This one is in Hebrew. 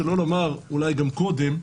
ואולי גם קודם,